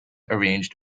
arranged